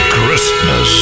Christmas